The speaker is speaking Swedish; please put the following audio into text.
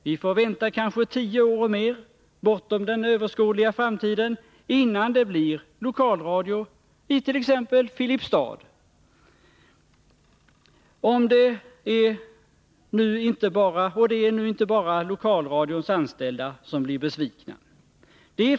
Vi får vänta kanske tio år och mer, bortom den överskådliga framtiden, innan det blir lokalradio i t.ex. Filipstad. Och det är nu inte bara lokalradions anställda som blir besvikna.